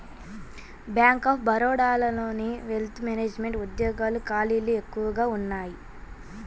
bank of బరోడాలోని wealth management ఉద్యోగాల ఖాళీలు ఎక్కువగా ఉన్నయ్యి